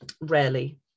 rarely